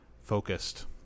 focused